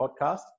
podcast